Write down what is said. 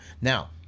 Now